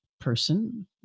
person